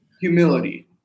Humility